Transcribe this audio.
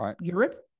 Europe